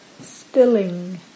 stilling